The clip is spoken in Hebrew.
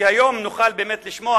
שהיום באמת נוכל לשמוע,